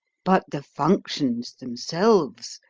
but the functions themselves,